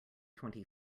twenty